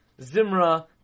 zimra